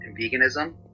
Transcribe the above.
veganism